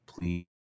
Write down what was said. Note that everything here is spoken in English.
please